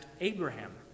Abraham